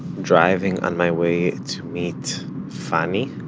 driving on my way to meet fanny.